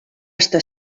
està